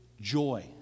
joy